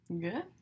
good